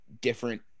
different